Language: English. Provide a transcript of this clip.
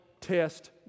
test